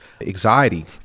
anxiety